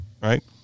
right